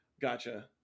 Gotcha